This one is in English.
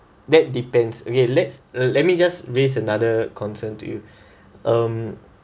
that depends okay let's let me just raised another concern to you um